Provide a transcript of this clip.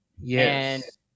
Yes